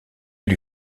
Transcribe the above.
lui